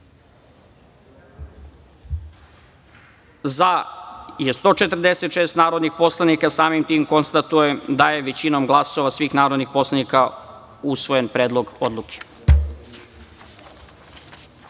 – 146 narodnih poslanika. Konstatujem da je većinom glasova svih narodnih poslanika usvojen Predlog